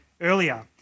earlier